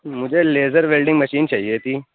مجھے laser welding machine چاہیے تھی